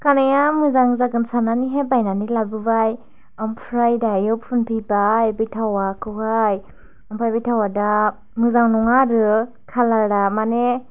खानाइया मोजां जागोन साननानैहाय बायनानै लाबोबाय ओमफ्राय दायो फुनफैबाय बे थावखौहाय ओमफ्राय बे थावा दा मोजां नङा आरो कालारा माने